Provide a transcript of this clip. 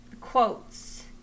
quotes